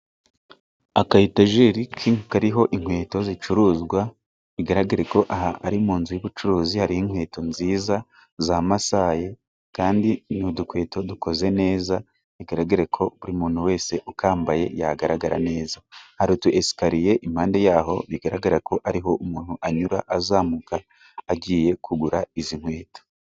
Akayitajeriki kariho inkweto zicuruzwa， bigaragare ko aha ari mu nzu y'ubucuruzi，hari inkweto nziza za masayi，kandi n'udukweto dukoze neza， biragaragara ko buri muntu wese， ukambaye yagaragara neza， hariho esikariye impande yaho，bigaragara ko ariho umuntu anyura azamuka agiye kugura izi nkweto.